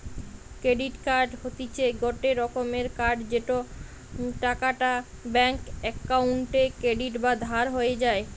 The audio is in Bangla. ক্রেডিট কার্ড হতিছে গটে রকমের কার্ড যেই টাকাটা ব্যাঙ্ক অক্কোউন্টে ক্রেডিট বা ধার হয়ে যায়